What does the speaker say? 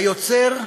היוצר,